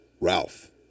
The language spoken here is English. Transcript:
Ralph